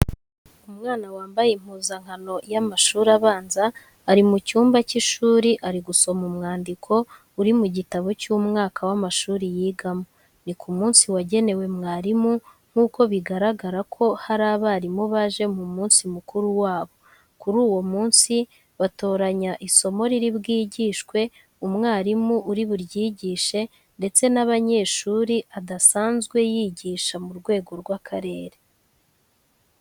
Umwana wambaye impuzankano y'amashuri abanza ari mu cyumba cy'ishuri ari gusoma umwandiko uri mu gitabo cy'umwaka w'amashuri yigamo. Ni ku munsi wagenewe mwarimu nk'uko bigaragara ko hari abarimu baje mu munsi mukuru wabo. Kuri uwo munsi batoranya isomo riri bwigishwe, umwarimu uri buryigishe ndetse n'abanyeshuri adasanzwe yigisha mu rwego rw'akarere.